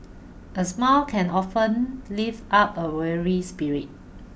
a smile can often lift up a weary spirit